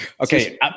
Okay